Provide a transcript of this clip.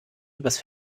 übers